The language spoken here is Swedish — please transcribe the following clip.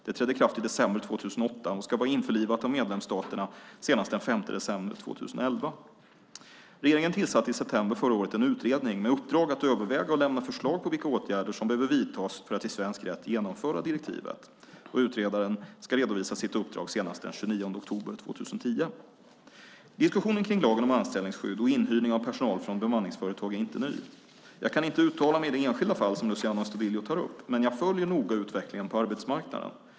Det trädde i kraft i december 2008 och ska vara införlivat av medlemsstaterna senast den 5 december 2011. Regeringen tillsatte i september förra året en utredning med uppdrag att överväga och lämna förslag på vilka åtgärder som behöver vidtas för att i svensk rätt genomföra direktivet. Utredaren ska redovisa sitt uppdrag senast den 29 oktober 2010. Diskussionen kring lagen om anställningsskydd och inhyrning av personal från bemanningsföretag är inte ny. Jag kan inte uttala mig i det enskilda fall som Luciano Astudillo tar upp, men jag följer noga utvecklingen på arbetsmarknaden.